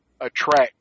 attract